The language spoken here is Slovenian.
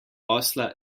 osla